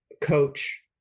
coach